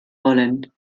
wollen